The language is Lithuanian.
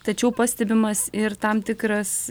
tačiau pastebimas ir tam tikras